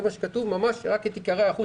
זה מה שכתוב ממש רק את עיקרי ההיערכות,